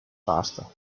faster